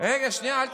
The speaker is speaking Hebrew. מה אתה